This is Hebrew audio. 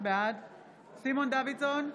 בעד סימון דוידסון,